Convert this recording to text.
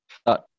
start